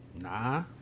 nah